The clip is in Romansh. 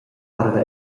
arva